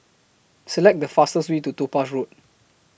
Select The fastest Way to Topaz Road